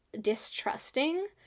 distrusting